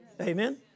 Amen